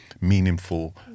meaningful